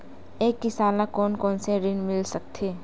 एक किसान ल कोन कोन से ऋण मिल सकथे?